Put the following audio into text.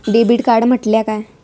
Debit card म्हटल्या काय?